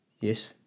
Yes